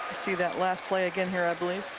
see that last play again here, i believe